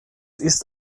ist